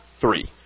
three